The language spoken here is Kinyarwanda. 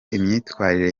imyitwarire